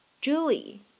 Julie